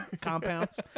compounds